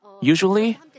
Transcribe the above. Usually